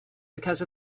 because